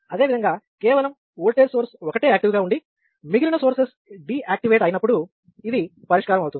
అదే విధంగా కేవలం ఓల్టేజ్ సోర్స్ ఒకటే యాక్టివ్ గా ఉండి మిగిలిన సోర్సెస్ డీఆక్టివేట్ అయినప్పుడు ఇదిరెండవది పరిష్కారం అవుతుంది